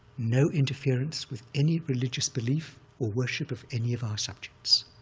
no interference with any religious belief or worship of any of our subjects,